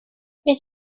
beth